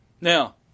Now